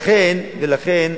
לכן,